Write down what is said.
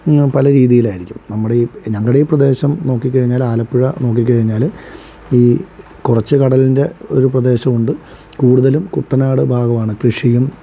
പല രീതിയിലായിരിക്കും നമ്മുടെ ഈ ഞങ്ങളുടെ ഈ പ്രദേശം നോക്കി കഴിഞ്ഞാൽ ആലപ്പുഴ നോക്കി കഴിഞ്ഞാൽ ഈ കുറച്ച് കടലിൻ്റെ ഒരു പ്രദേശവുമുണ്ട് കുടുതലും കുട്ടനാട് ഭാഗവുമാണ് കൃഷിയും